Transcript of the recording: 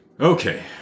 Okay